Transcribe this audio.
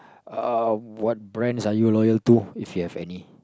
uh what brands are you loyal to if you have any